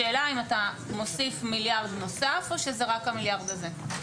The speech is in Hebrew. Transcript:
השאלה היא אם אתה מוסיף מיליארד נוסף או שזה רק המיליארד הזה.